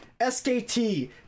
SKT